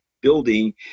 building